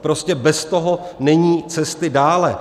Prostě bez toho není cesty dále.